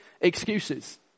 excuses